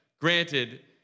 Granted